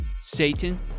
Satan